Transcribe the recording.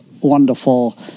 wonderful